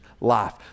life